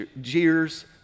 jeers